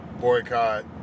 boycott